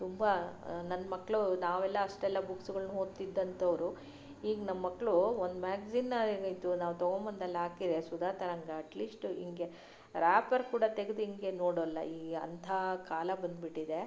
ತುಂಬ ನನ್ನ ಮಕ್ಕಳು ನಾವೆಲ್ಲ ಅಷ್ಟೆಲ್ಲಾ ಬುಕ್ಸುಗಳನ್ನು ಓದ್ತಿದ್ದಂತವರು ಈಗ ನಮ್ಮ ಮಕ್ಕಳು ಒಂದು ಮ್ಯಾಗ್ಝಿನನ್ನು ಇದು ಆಯ್ತು ನಾವು ತಗೊಂಬಂದು ಅಲ್ಲಿ ಹಾಕಿದರೆ ಸುಧಾ ತರಂಗ ಅಟ್ಲೀಸ್ಟ್ ಹೀಗೆ ರ್ಯಾಪರ್ ಕೂಡ ತೆಗೆದು ಹೀಗೆ ನೋಡೋಲ್ಲ ಈಗ ಅಂಥ ಕಾಲ ಬಂದ್ಬಿಟ್ಟಿದೆ